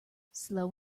slow